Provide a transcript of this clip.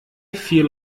feel